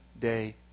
day